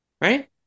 right